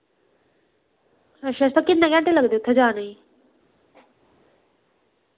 अच्छा ते किन्ने घैंटे लगदे उत्थै जाने गी